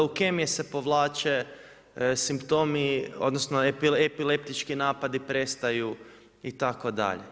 Leukemije se povlače, simptomi, odnosno epileptički napadi prestaju itd.